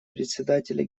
председателя